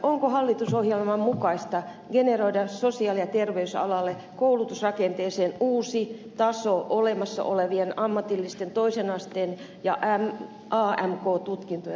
onko hallitusohjelman mukaista generoida sosiaali ja terveysalalle koulutusrakenteeseen uusi taso olemassa olevien ammatillisten toisen asteen ja amk tutkintojen lisäksi